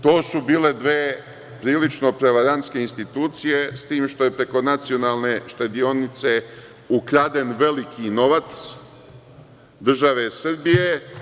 To su bile dve prilično prevarantske institucije, s tim što je preko Nacionalne štedionice ukraden veliki novac države Srbije.